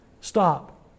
Stop